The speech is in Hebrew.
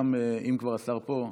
אם כבר השר פה,